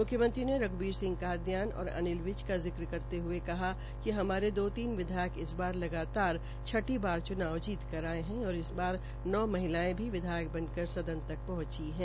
म्ख्यमंत्री ने रघ्बीर सिंह कादयान और अनिल विज का जिक्र करते कहा कि हमारे दो तीन विधायक इस बार लगातार छठी बार चुनाव जीत कर आये है और इस बार नौ महिलायें भी विधायक बन कर सदन तक पहंची है